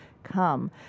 come